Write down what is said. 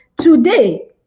today